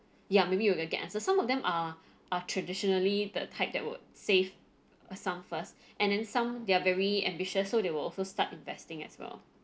ya maybe you will get answer some of them are are traditionally the type that would save a sum first and then some they're very ambitious so they will also start investing as well